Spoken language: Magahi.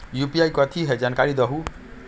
यू.पी.आई कथी है? जानकारी दहु